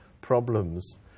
problems